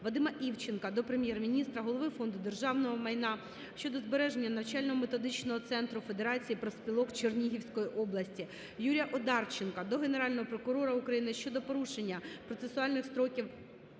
Вадима Івченка до Прем'єр-міністра, голови Фонду державного майна щодо збереження Навчально-методичного центру Федерації профспілок Чернігівської області. Юрія Одарченка до Генерального прокурора України щодо порушення процесуальних строків